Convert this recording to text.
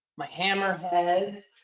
my hammerheads,